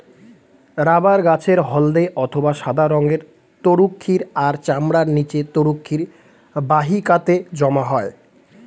rubber গাছের হল্দে অথবা সাদা রঙের তরুক্ষীর তার চামড়ার নিচে তরুক্ষীর বাহিকাতে জমা হয়